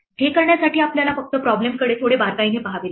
हे करण्यासाठी आपल्याला फक्त प्रॉब्लेमकडे थोडे बारकाईने पाहावे लागेल